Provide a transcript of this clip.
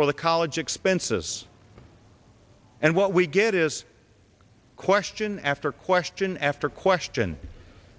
for the college expenses and what we get is question after question after question